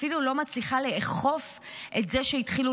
אפילו לא מצליחה לאכוף את זה שהתחילו